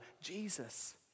Jesus